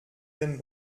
den